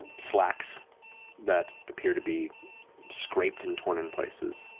slacks that appear to be scraped and torn in places,